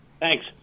Thanks